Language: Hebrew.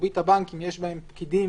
מרבית הבנקים יש בהם פקידים